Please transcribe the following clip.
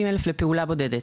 50,000 לפעולה בודדת.